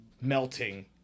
melting